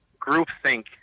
groupthink